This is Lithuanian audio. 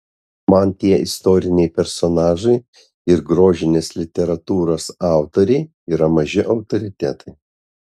man tie istoriniai personažai ir grožinės literatūros autoriai yra maži autoritetai